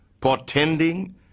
portending